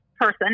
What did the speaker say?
person